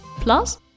Plus